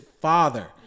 father